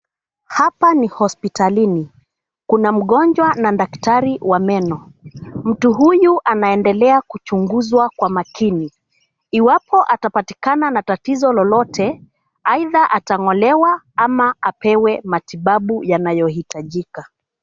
Hapa ni hospitalini. Kuna mgonjwa na daktari wa meno. Mtu huyu anaendelea kuchunguzwa kwa makini. Iwapo atapatikana na tatizo lolote aidha atang'olewa ama apewe matibabu yanayohitajika.